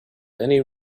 any